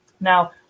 Now